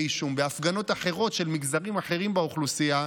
אישום בהפגנות אחרות של מגזרים אחרים באוכלוסייה,